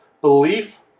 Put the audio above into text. belief